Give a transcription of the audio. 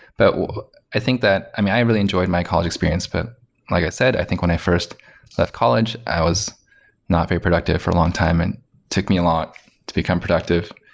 but i think that i mean, i i really enjoyed my college experience. but like i said, i think when i first left college, i was not very productive for a longtime and it took me a lot to become productive.